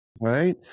right